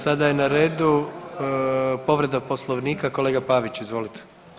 Sada je na redu povreda Poslovnika, kolega Pavić, izvolite.